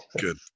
Good